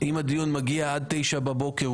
אם הדיון מגיע עד תשע בבוקר,